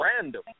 Random